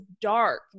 dark